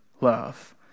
love